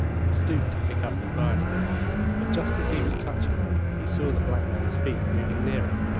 he stooped to pick up the firestick but just as he was touching it, he saw the black man's feet moving nearer,